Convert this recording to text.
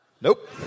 Nope